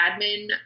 admin